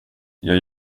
jag